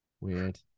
Weird